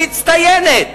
מצטיינת.